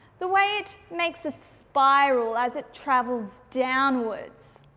the way it makes a spiral as it travels downwards.